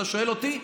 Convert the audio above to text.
אתה שואל אותי,